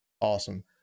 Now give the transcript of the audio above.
Awesome